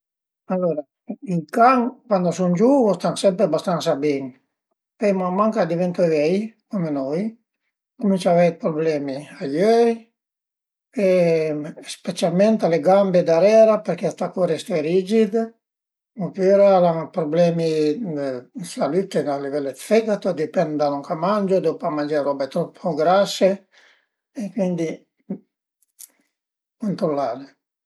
Alura i can cuand a sun giuvu a stan sempre abastansa bin, pöi man man ch'a diventu vei, cume nui, cuminciu avei dë prublemi a i öi, specialment a le gambe darera përché a tacu a resté rigid opüra al an dë prublemi dë salütte a livel del fegato, a dipend da lon ch'a mangiu, a devu pa mangé dë roba trop grase e cuindi controllare